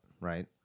right